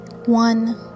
One